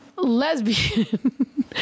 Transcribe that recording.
Lesbian